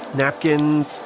napkins